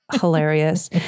hilarious